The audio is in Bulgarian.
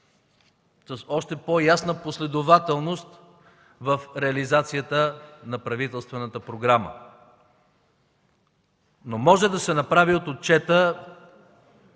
с още по-ясна последователност в реализацията на правителствената програма. От отчета може да се направи ясен